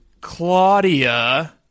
Claudia